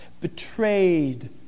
betrayed